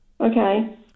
Okay